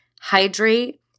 hydrate